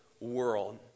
world